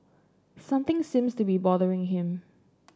something seems to be bothering him